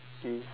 mm